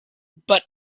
but